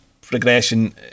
progression